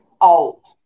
old